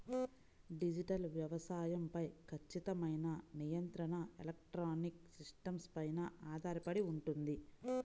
digital వ్యవసాయం పై ఖచ్చితమైన నియంత్రణ ఎలక్ట్రానిక్ సిస్టమ్స్ పైన ఆధారపడి ఉంటుంది